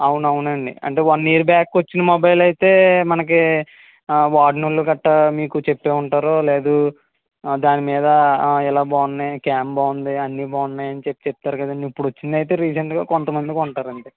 అవును అవునండి అంటే వన్ ఇయర్ బ్యాక్ వచ్చిన మొబైల్ అయితే మనకు వాడనోళ్లు గట్టా మీకు చెప్పే ఉంటారు లేదు ఆ దాని మీద ఇలా బాగున్నాయి క్యామ్ బాగుంది అన్నీ బాగున్నాయి అని చెప్పి చెప్తారు కదండి ఇప్పుడొచ్చినదైతే రీసెంట్ గా కొంతమంది కొంటారు అంతే